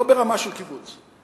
לא ברמה של קיבוץ,